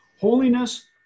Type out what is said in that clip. Holiness